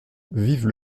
vive